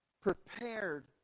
prepared